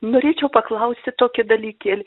norėčiau paklausti tokį dalykėlį